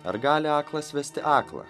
ar gali aklas vesti aklą